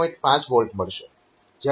5 V મળશે